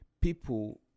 people